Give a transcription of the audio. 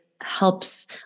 helps